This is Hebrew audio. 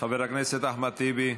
חבר הכנסת אחמד טיבי,